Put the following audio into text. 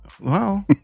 Wow